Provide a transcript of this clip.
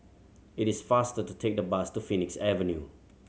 it is faster to take the bus to Phoenix Avenue